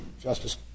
Justice